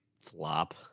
flop